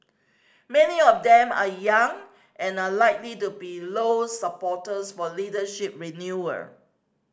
many of them are young and are likely to be Low's supporters for leadership